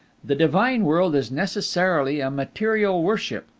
the divine world is necessarily a material worship,